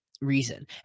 reason